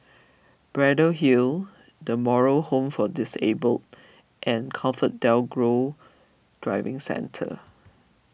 Braddell Hill the Moral Home for Disabled and ComfortDelGro Driving Centre